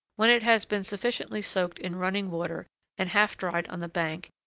when it has been sufficiently soaked in running water and half dried on the bank,